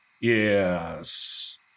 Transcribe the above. Yes